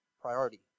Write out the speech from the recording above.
priority